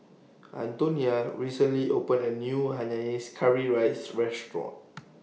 Antonia recently opened A New Hainanese Curry Rice Restaurant